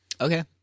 Okay